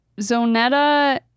zonetta